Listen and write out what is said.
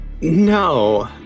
No